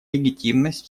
легитимность